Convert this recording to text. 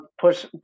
push